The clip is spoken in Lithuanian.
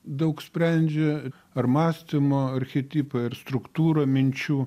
daug sprendžia ar mąstymo archetipai ir struktūra minčių